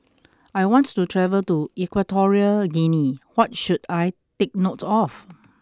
I want to travel to Equatorial Guinea what should I take note of